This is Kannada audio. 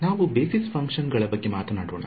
ನಾವು ಬೇಸಿಸ್ ಫಂಕ್ಷನ್ ಗಳ ಬಗ್ಗೆ ಮಾತನಾಡೋನ